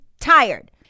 tired